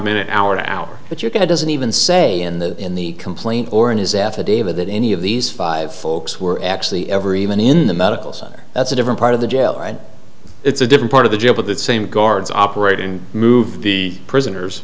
minute hour by hour but you're going to doesn't even say in the in the complaint or in his affidavit that any of these five folks were actually ever even in the medical center that's a different part of the jail and it's a different part of the job of that same guards operating move the prisoners